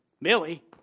Millie